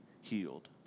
healed